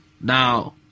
Now